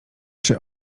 czy